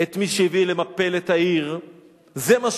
את מי שהביא למפלת העיר.